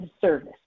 service